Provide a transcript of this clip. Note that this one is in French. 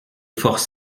forces